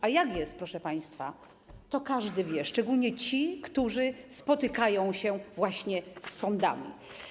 A jak jest, proszę państwa, to każdy wie, szczególnie ci, którzy spotykają się właśnie z sądami.